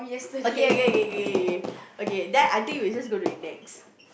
okay okay okay okay okay then I think we just go with next